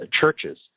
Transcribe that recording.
churches